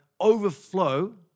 overflow